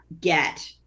get